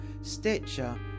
Stitcher